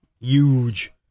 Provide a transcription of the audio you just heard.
huge